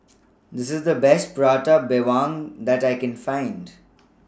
This IS The Best Prata Bawang that I Can Find